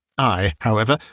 i, however,